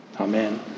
Amen